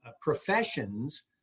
professions